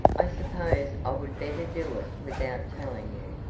i suppose i would better do it without telling you.